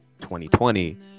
2020